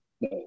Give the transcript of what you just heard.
No